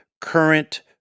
current